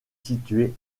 situées